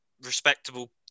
respectable